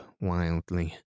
wildly